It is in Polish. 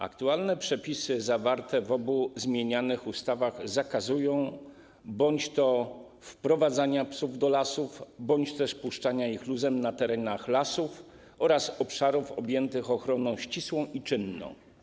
Aktualne przepisy zawarte w obu zmienianych ustawach zakazują bądź wprowadzania psów do lasów, bądź też puszczania ich luzem na terenach lasów oraz obszarów objętych ochroną ścisłą i czynną.